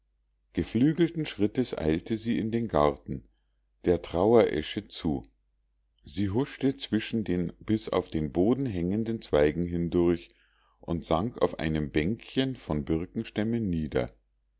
geflügelten schrittes eilte sie in den garten der traueresche zu sie huschte zwischen den bis auf den boden herabhängenden zweigen hindurch und sank auf einem bänkchen von birkenstämmen nieder